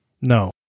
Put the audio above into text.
No